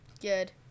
Good